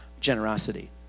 generosity